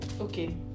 okay